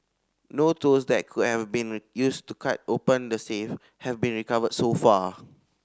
no tools that could have been used to cut open the safe have been recovered so far